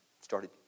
started